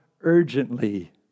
urgently